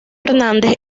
hernández